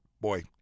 boy